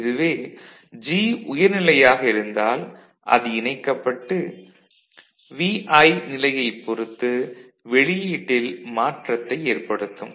இதுவே G உயர்நிலையாக இருந்தால் அது இணைக்கப்பட்டு Vi நிலையைப் பொறுத்து வெளியீட்டில் மாற்றத்தை ஏற்படுத்தும்